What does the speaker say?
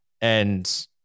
And-